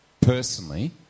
personally